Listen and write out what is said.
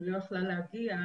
היא לא יכלה להגיע.